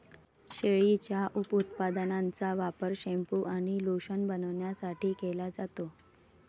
शेळीच्या उपउत्पादनांचा वापर शॅम्पू आणि लोशन बनवण्यासाठी केला जातो